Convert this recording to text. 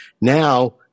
now